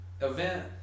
event